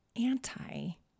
anti